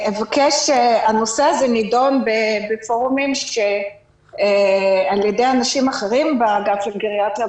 הנושא הזה נדון בפורומים על ידי אנשים אחרים באגף לגריאטריה,